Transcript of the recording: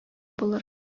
булыр